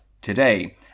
today